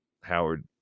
Howard